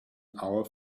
our